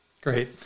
Great